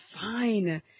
fine